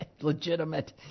legitimate